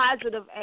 positive